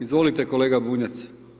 Izvolite kolega Bunjac.